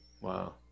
Wow